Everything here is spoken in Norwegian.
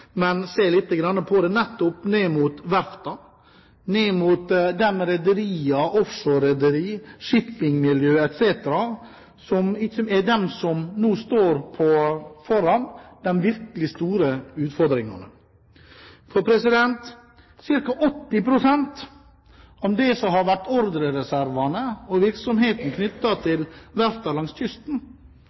men heller se nettopp ned mot verftene, ned mot de rederiene – offshorerederiene, shippingmiljø etc. – som nå står foran de virkelig store utfordringene. For ca. 80 pst. av det som har vært ordrereservene og virksomheten knyttet til verftene langs kysten,